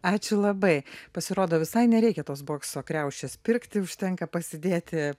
ačiū labai pasirodo visai nereikia tos bokso kriaušės pirkti užtenka pasidėti